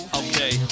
okay